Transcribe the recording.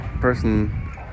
person